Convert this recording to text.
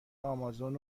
آمازون